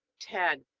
ten.